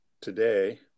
today